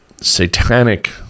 satanic